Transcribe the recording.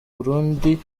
burundi